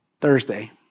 Thursday